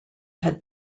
had